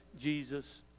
Jesus